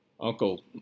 uncle